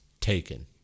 Taken